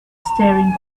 staring